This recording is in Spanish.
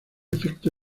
efecto